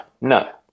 no